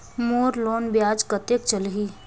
मोर loan ब्याज कतेक चलही?